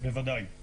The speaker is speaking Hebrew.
בוודאי.